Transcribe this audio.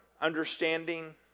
understanding